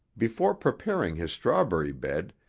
before preparing his strawberry bed,